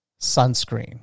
sunscreen